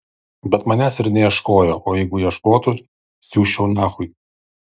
bet manęs ir neieškojo o jeigu ieškotų siųsčiau nachui